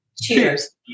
Cheers